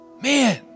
Man